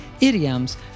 idioms